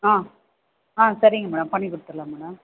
ஆ ஆ சரிங்க மேடம் பண்ணிக் கொடுத்துர்லாம் மேடம்